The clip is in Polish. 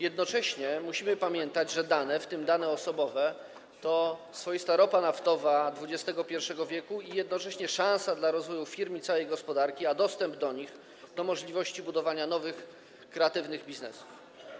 Jednocześnie musimy pamiętać, że dane, w tym dane osobowe, to swoista ropa naftowa XXI w. i jednocześnie szansa dla rozwoju firm i całej gospodarki, a dostęp do nich to możliwość budowania nowych, kreatywnych biznesów.